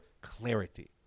Clarity